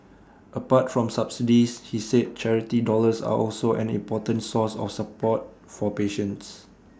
apart from subsidies he said charity dollars are also an important source of support for patients